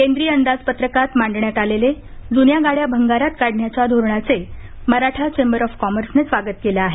केंद्रीय अंदाजपत्रकात मांडण्यात आलेले जून्या गाड्या भगारात काढण्याच्या धोरणाचे मराठा चेंबर ऑफ कॉमर्स ने स्वागत केलं आहे